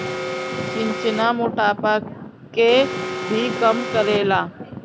चिचिना मोटापा के भी कम करेला